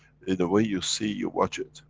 in the way you see you watch it,